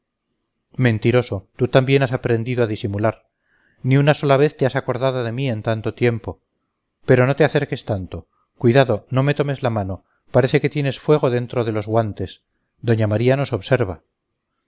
mentiroso tú también has aprendido a disimular ni una sola vez te has acordado de mí en tanto tiempo pero no te acerques tanto cuidado no me tomes la mano parece que tienes fuego dentro de los guantes doña maría nos observa